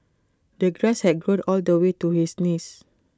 the grass had grown all the way to his knees